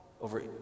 over